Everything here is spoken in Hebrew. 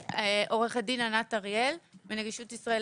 עו"ד ענת אריאל מנגישות ישראל.